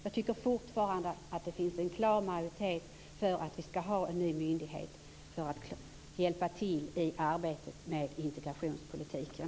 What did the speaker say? Det finns fortfarande en klar majoritet för att vi skall ha en ny myndighet som hjälper till i arbetet med integrationspolitiken.